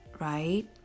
right